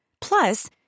Plus